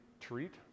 treat